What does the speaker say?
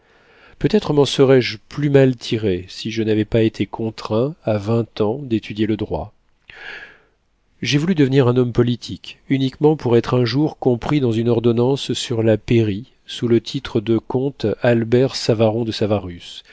peut-être m'en serais-je plus mal tiré si je n'avais pas été contraint à vingt ans d'étudier le droit j'ai voulu devenir un homme politique uniquement pour être un jour compris dans une ordonnance sur la pairie sous le titre de comte albert savaron de savarus